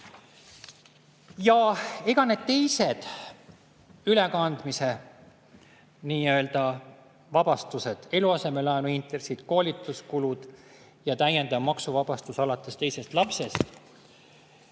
ega need teised ülekandmise nii-öelda vabastused – eluasemelaenude intressid, koolituskulud ja täiendav maksuvabastus alates teisest lapsest